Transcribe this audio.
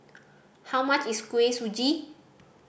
how much is Kuih Suji